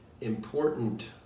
important